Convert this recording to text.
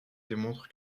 démontre